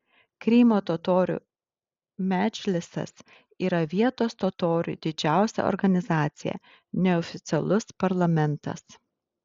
krymo totorių medžlisas yra vietos totorių didžiausia organizacija neoficialus parlamentas